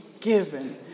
given